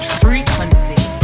frequency